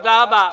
תודה רבה.